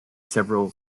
several